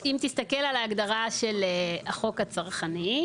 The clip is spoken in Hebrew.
אם תסתכל על ההגדרה של החוק הצרכני,